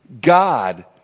God